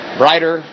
brighter